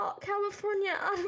california